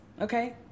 okay